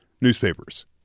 newspapers